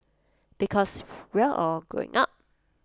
because we all growing up